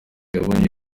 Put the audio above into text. yabonye